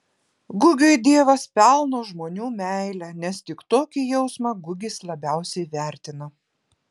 gugiui dievas pelno žmonių meilę nes tik tokį jausmą gugis labiausiai vertina